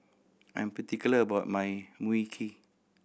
I'm particular about my Mui Kee